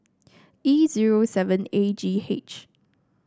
E zero seven A G H